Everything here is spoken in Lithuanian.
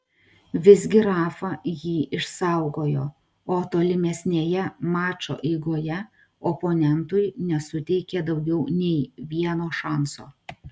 visgi rafa jį išsaugojo o tolimesnėje mačo eigoje oponentui nesuteikė daugiau nei vieno šanso